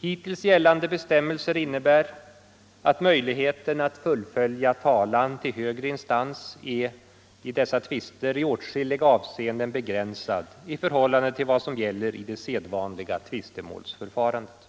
Hittills gällande bestämmelser innebär att möjligheten att fullfölja talan till högre instans i dessa tvister är i åtskilliga avseenden begränsad i förhållande till vad som gäller i det sedvanliga tvistemålsförfarandet.